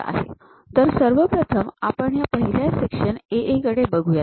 तर सर्वप्रथम आपण ह्या पहिल्या सेक्शन AA कडे बघुयात